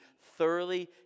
thoroughly